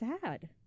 sad